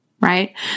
right